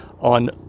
on